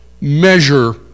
measure